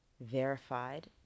verified